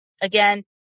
Again